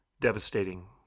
devastating